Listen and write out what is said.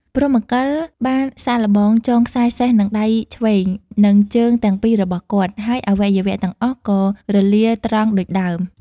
ព្រហ្មកិលបានសាកល្បងចងខ្សែសេះនឹងដៃឆ្វេង និងជើងទាំងពីររបស់គាត់ ហើយអវយវៈទាំងអស់ក៏រលាត្រង់ដូចដើម ។